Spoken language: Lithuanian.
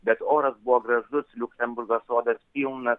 bet oras buvo gražus liuksemburgo sodas pilnas